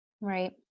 Right